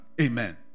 Amen